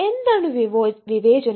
എന്താണ് വിവേചനം